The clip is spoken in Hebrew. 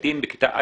ילדים בכיתה א',